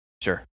Sure